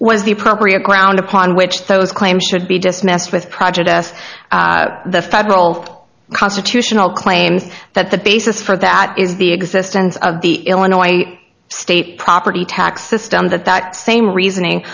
as the appropriate ground upon which those claims should be dismissed with prejudice the federal constitutional claims that the basis for that is the existence of the illinois state property tax system that that same reasoning